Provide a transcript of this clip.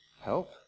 help